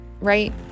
right